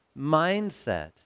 mindset